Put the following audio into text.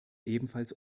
ebenfalls